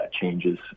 changes